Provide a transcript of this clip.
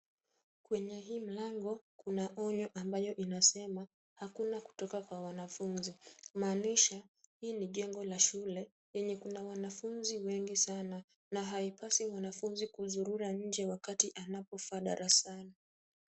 Kwenye hii mlango kuna onyo ambayo inasema hakuna kutoka kwa wanafunzi, kumaanisha hii ni jengo la shule yenye kuna wanafunzi wengi sana na haipaswi mwanafunzi kuzurura nje wakati anapofaa darasani.